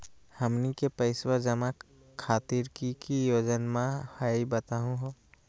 हमनी के पैसवा जमा खातीर की की योजना हई बतहु हो?